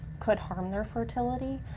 could harm their fertility,